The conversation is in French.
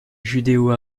judéo